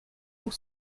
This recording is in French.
pour